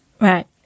Right